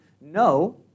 no